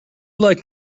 like